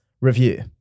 review